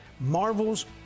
marvels